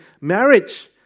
marriage